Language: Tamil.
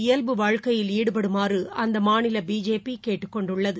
இயல்பு வாழ்க்கையில் ஈடுபடுமாறுஅந்தமாநிலபிஜேபிகேட்டுக்கொண்டுள்ளது